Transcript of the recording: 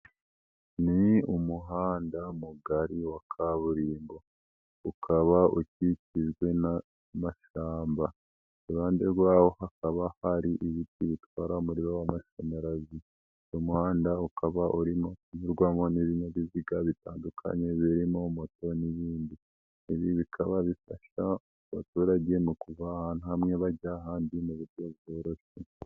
Ni umuhanda mugari wa kaburimbo ukaba ukikijwe n'amashyamba, iruhande rwawo hakaba hari ibiti bitwara umuriro w'amashanyarazi, uwo muhanda ukaba urimo kunyurwamo n'ibinyabiziga bitandukanye birimo moto n'ibindi, ibi bikaba bifasha abaturage mu kuva ahantu hamwe bajya ahandi mu buryo bworoshye.